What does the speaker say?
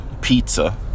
Pizza